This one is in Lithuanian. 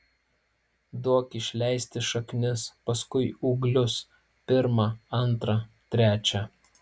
duok išleisti šaknis paskui ūglius pirmą antrą trečią